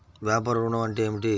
వ్యాపార ఋణం అంటే ఏమిటి?